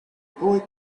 boy